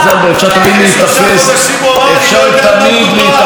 אפשר תמיד להיתפס,